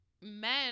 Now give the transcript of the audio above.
men